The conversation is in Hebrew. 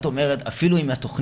את אומרת אפילו אם התכנית,